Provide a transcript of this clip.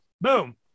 Boom